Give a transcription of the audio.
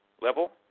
level